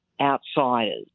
outsiders